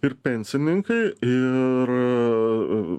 ir pensininkai ir